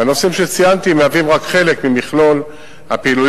והנושאים שציינתי מהווים רק חלק ממכלול הפעילויות